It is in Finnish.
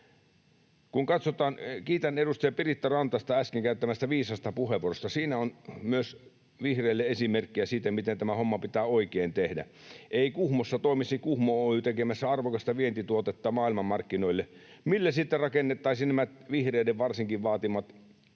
turkasen vähän. — Kiitän edustaja Piritta Rantasta äsken käyttämästään viisasta puheenvuorosta, siinä on myös vihreille esimerkkiä siitä, miten tämä homma pitää oikein tehdä. Ei Kuhmossa toimisi Kuhmo Oy tekemässä arvokasta vientituotetta maailmanmarkkinoille. Millä sitten rakennettaisiin nämä varsinkin vihreiden vaatimat